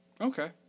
Okay